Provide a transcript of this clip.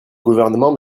gouvernement